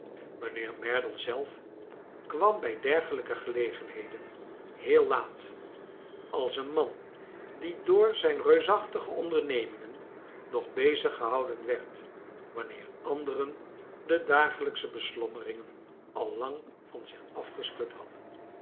mijnheer merdle zelf kwam bij derdelijke gelegenheden heel laat als een man die door zijn reusachtige ondernemingen nog beziggehouden werd wanneer anderen de dagelijksche beslommeringen al lang van zich afgeschud hadden